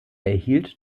erhielt